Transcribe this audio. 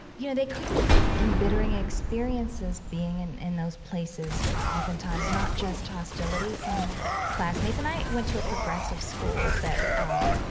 you know, they could be in embittering experiences being in in those places and often times not just hostility from classmates. and i went to a progressive school that, um,